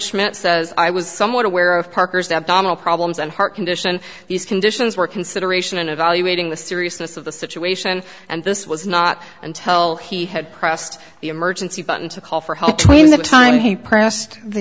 schmidt says i was somewhat aware of parker's abdominal problems and heart condition these conditions were consideration in evaluating the seriousness of the situation and this was not until he had pressed the emergency button to call for help in the time he pressed the